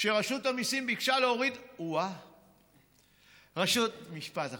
שרשות המיסים ביקשה להוריד, משפט אחרון.